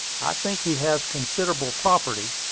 think he has considerable property.